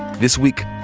this week,